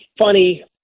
funny